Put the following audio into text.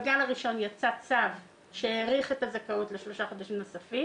בגל הראשון יצא צו שהאריך את הזכאות לשלושה חודשים נוספים